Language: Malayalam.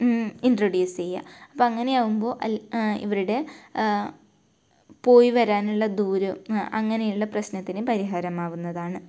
ഇൻട്രഡ്യൂസ് ചെയ്യുക അപ്പം അങ്ങനെ ആവുമ്പോൾ ഇവരുടെ പോയി വരാനുള്ള ദൂരം അങ്ങനെയുള്ള പ്രശ്നത്തിന് പരിഹാരമാവുന്നതാണ്